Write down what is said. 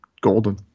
golden